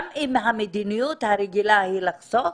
גם אם המדיניות הרגילה היא לחסוך,